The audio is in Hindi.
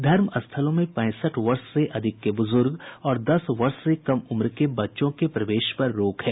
धर्म स्थलों में पैंसठ वर्ष से अधिक के बुजुर्ग और दस वर्ष से कम उम्र के बच्चों के प्रवेश पर रोक है